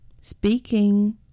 Speaking